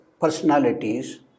personalities